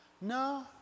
No